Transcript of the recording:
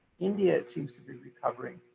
india it seems to be recovering.